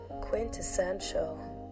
Quintessential